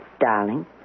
Darling